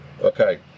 Okay